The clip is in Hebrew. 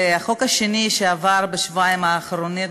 זה החוק השני שלי שעבר בשבועיים האחרונים.